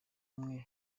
umwe